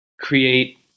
create